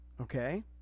okay